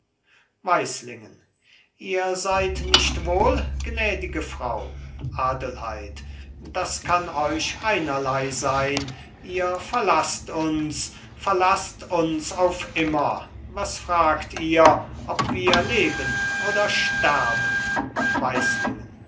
weislingen ihr seid nicht wohl gnädige frau adelheid das kann euch einerlei sein ihr verlaßt uns verlaßt uns auf immer was fragt ihr ob wir leben oder sterben